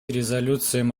резолюциям